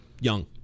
young